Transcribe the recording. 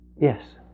Yes